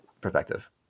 perspective